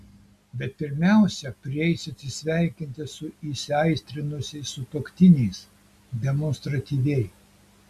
bet pirmiausia prieisiu atsisveikinti su įsiaistrinusiais sutuoktiniais demonstratyviai